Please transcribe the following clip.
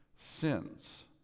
sins